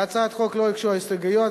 להצעת החוק לא הוגשו הסתייגויות,